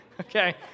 Okay